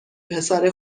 پسر